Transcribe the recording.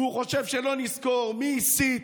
והוא חושב שלא נזכור מי הסית,